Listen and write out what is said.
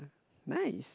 nice